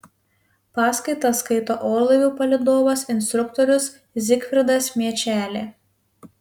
paskaitas skaito orlaivių palydovas instruktorius zigfridas miečelė